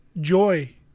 joy